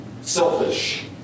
selfish